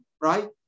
right